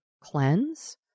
cleanse